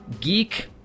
Geek